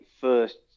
first